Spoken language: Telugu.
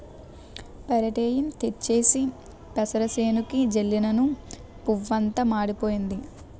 పెరాటేయిన్ తెచ్చేసి పెసరసేనుకి జల్లినను పువ్వంతా మాడిపోయింది